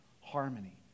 harmony